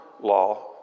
law